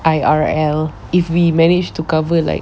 I_R_L if we manage to cover like